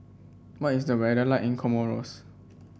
what is the weather like in Comoros